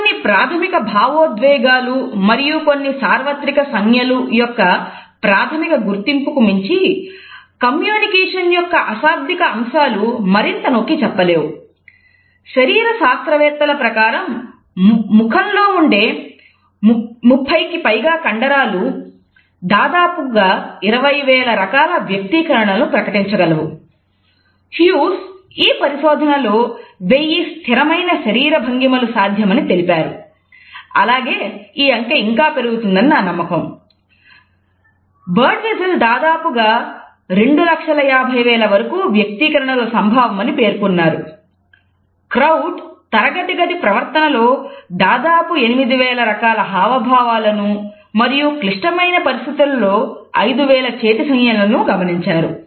కొన్ని ప్రాథమిక భావోద్వేగాలు మరియు కొన్ని సార్వత్రిక సంజ్ఞల యొక్క ప్రాథమిక గుర్తింపుకు మించి కమ్యూనికేషన్ యొక్క అశాబ్దిక అంశాలు తరగతి గది ప్రవర్తనలో దాదాపు 8000 రకాల హావభావాలనూ మరియు క్లిష్టమైన పరిస్థితులలో 5000 చేతి సంజ్ఞలనూ గమనించారు